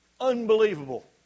unbelievable